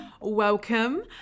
Welcome